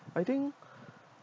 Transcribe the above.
I think